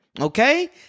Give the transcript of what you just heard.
okay